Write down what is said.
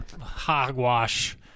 hogwash